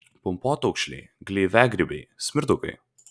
pumpotaukšliai gleiviagrybiai smirdukai